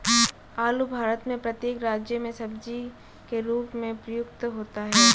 आलू भारत में प्रत्येक राज्य में सब्जी के रूप में प्रयुक्त होता है